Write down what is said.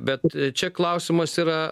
bet čia klausimas yra